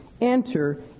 enter